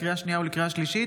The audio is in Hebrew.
לקריאה שנייה ולקריאה שלישית,